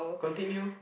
continue